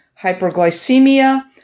hyperglycemia